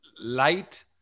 light